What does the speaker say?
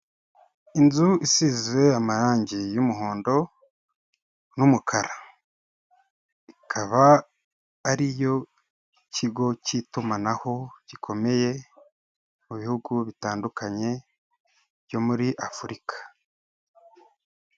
Inzu isize amarangi y'umuhondo n'umukara. Ikaba ari yo kigo cy'itumanaho gikomeye mu bihugu bitandukanye byo muri Afurika.